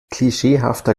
klischeehafter